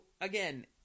again